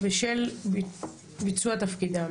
בשל ביצוע תפקידם",